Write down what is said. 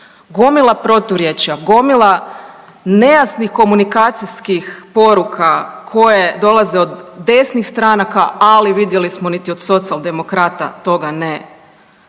Gomila proturječja, gomila nejasnih komunikacijskih poruka koje dolaze od desnih stranaka, ali vidjeli smo niti od Socijaldemokrata toga ne